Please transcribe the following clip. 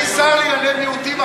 הייתי שר לענייני מיעוטים,